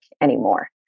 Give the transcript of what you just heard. anymore